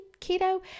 keto